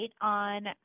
on